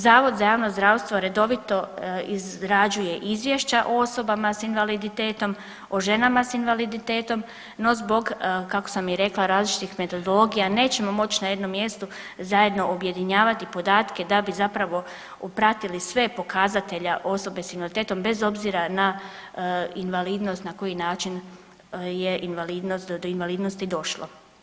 Zavod za javno zdravstvo redovito izrađuje izvješća o osobama s invaliditetom, o ženama s invaliditetom, no zbog, kako sam i rekla, različitih metodologija nećemo moći na jednom mjestu zajedno objedinjavati podatke da bi zapravo pratili sve pokazatelje osoba s invaliditetom bez obzira na invalidnost, na koji način je invalidnost, do invalidnosti došlo.